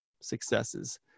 successes